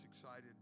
excited